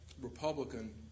Republican